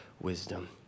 wisdom